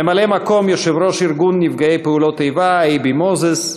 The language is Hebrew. ממלא-מקום יושב-ראש ארגון נפגעי פעולות איבה אייבי מוזס,